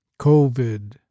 COVID